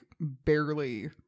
barely